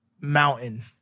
Mountain